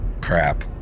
crap